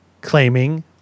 claiming